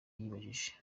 yibajije